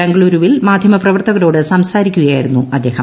ബംഗളുരുവിൽ മാധ്യമപ്രവർത്തകരോട് സംസാരിക്കുകയായിരുന്നു അദ്ദേഹം